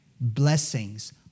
blessings